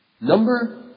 Number